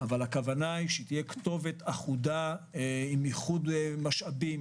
אבל הכוונה שתהיה כתובת אחודה עם איחוד משאבים,